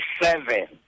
seven